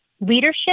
leadership